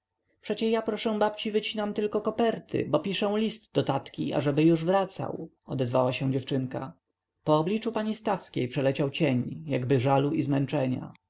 przecie ja proszę babci wycinam tylko koperty bo piszę list do tatki ażeby już wracał odezwała się dziewczynka po obliczu pani stawskiej przeleciał cień jakby żalu i zmęczenia